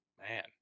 man